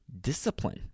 discipline